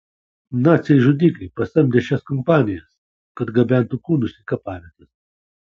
naciai žudikai pasamdė šias kompanijas kad gabentų kūnus į kapavietes